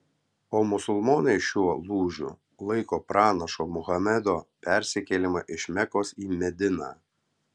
o musulmonai šiuo lūžiu laiko pranašo muhamedo persikėlimą iš mekos į mediną